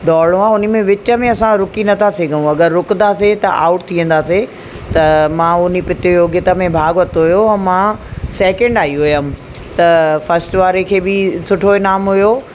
दौड़णो आहे त हुने में विच में असां रुकी नथा सघूं अगरि रुकंदासी त आउट थी वेंदासीं त मां उन प्रतियोगिता में भाग वरितो हुओ ऐं मां सेकण्ड आई हुअमि त फस्ट वारे खे बि सुठो ईनाम हुओ